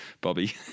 Bobby